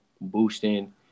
boosting